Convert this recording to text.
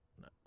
no